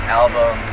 album